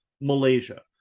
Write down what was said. malaysia